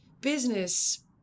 business